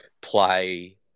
play